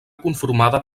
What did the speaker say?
conformada